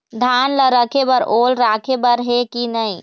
धान ला रखे बर ओल राखे बर हे कि नई?